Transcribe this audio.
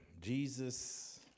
Jesus